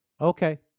Okay